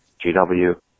GW